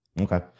Okay